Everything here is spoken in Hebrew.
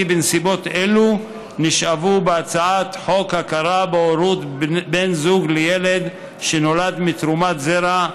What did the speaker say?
בנסיבות אלו נשאבו מהצעת חוק הכרה בהורות בן זוג לילד שנולד מתרומת זרע,